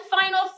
final